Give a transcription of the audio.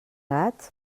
gats